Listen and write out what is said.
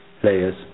players